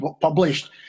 published